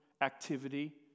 activity